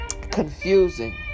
confusing